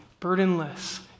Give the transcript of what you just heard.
burdenless